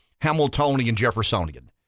Hamiltonian-Jeffersonian